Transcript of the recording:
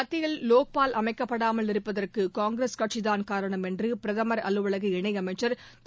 மத்தியில் லோக்பால் அமைக்கப்படாமல் இருப்பதற்குகாங்கிரஸ் கட்சிதான் காரணம் என்றுபிரதமர் அலுவலக இணையமைச்சர் திரு